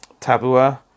Tabua